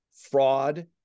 fraud